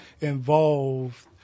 involved